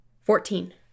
Fourteen